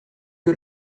que